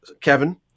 Kevin